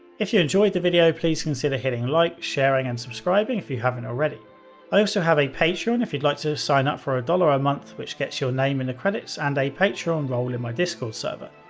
if you enjoyed the video, please consider hitting like, sharing and subscribing if you haven't already. i also have a patreon if you'd like to sign up for a dollar a month which gets your name in the credits and a patreon role in my discord server.